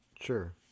Sure